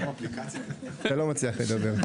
לא מצליח לדבר.